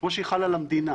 כמו שהיא חלה על המדינה.